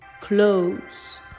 clothes